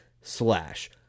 slash